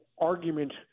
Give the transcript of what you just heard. argument